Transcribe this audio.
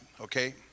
okay